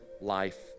life